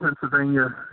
Pennsylvania